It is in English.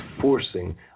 forcing